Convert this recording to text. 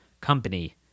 company